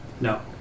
No